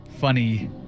funny